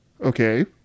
Okay